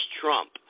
Trump